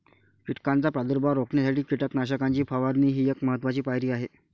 कीटकांचा प्रादुर्भाव रोखण्यासाठी कीटकनाशकांची फवारणी ही एक महत्त्वाची पायरी आहे